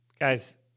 guys